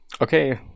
okay